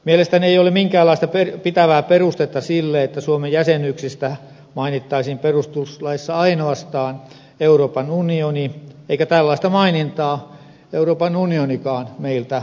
mielestäni ei ole minkäänlaista pitävää perustetta sille että suomen jäsenyyksistä mainittaisiin perustuslaissa ainoastaan euroopan unioni eikä tällaista mainintaa euroopan unionikaan meiltä vaadi